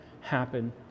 happen